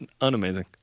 unamazing